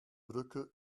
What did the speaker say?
brücke